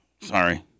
sorry